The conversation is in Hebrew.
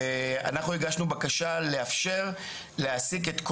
עד היום נכנסו למוקד עשרים וארבע מאתיים אלף שיחות.